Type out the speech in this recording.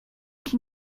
can